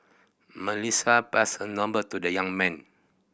Melissa passed her number to the young man